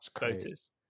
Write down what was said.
voters